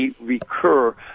recur